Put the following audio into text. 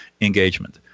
engagement